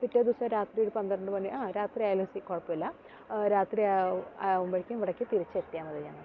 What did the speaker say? പിറ്റേ ദിവസം രാത്രി ഒരു പന്ത്രണ്ട് മണി ആ രാത്രി ആയാലും സ് കുഴപ്പമില്ല രാത്രി ആകു ആവുമ്പോഴേക്കും ഇവിടേക്ക് തിരിച്ചെത്തിയാൽ മതി ഞങ്ങൾക്ക്